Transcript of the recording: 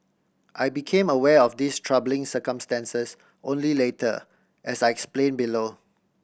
I became aware of these troubling circumstances only later as I explain below